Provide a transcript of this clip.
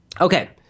Okay